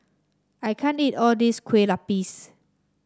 I can't eat all this Kueh Lupis